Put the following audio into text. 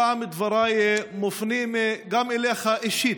הפעם דבריי מופנים גם אליך אישית,